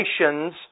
nations